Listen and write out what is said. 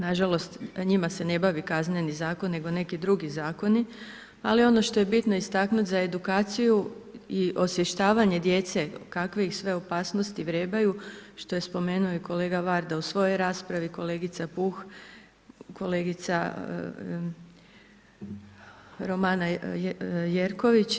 Nažalost, njima se ne bavi kazneni zakon nego neki drugi zakoni, ali ono što je bitno istaknuti za edukaciju i osvještavanje djece kakve ih sve opasnosti vrebaju, što je spomenuo i kolega Varda u svojoj raspravi, kolegica Puh, kolegica Romana Jerković.